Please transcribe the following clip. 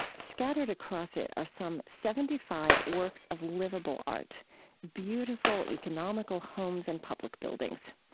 scattered across it are some seventy five works of livable art beautiful, economical homes and public buildings.